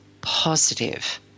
positive